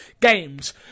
Games